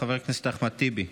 חבר הכנסת אחמד טיבי,